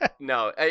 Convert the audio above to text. No